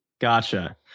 Gotcha